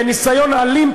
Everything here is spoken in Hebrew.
בניסיון אלים,